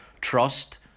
trust